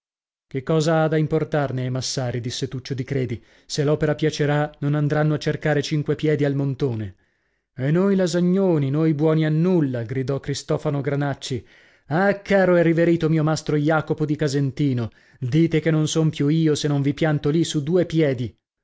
che cosa ha da importarne ai massari disse tuccio di credi se l'opera piacerà non andranno a cercare cinque piedi al montone e noi lasagnoni noi buoni a nulla gridò cristofano granacci ah caro e riverito mio mastro jacopo di casentino dite che non son più io se non vi pianto lì su due piedi